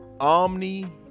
Omni